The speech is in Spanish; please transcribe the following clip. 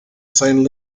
saint